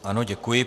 Ano, děkuji.